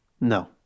No